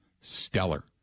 stellar